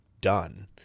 done